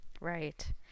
Right